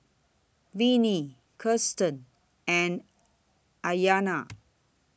Vinie Kirsten and Aryana